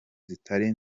zitari